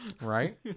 right